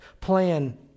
plan